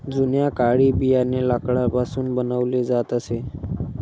जुन्या काळी बियाणे लाकडापासून बनवले जात असे